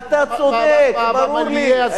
אתה צודק, ברור לי.